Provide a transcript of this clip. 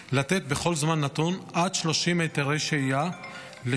לתת בכל זמן נתון עד 30 היתרי שהייה לשם